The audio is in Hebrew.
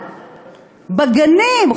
בגנים,